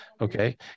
okay